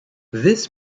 this